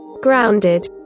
grounded